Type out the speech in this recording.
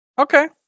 Okay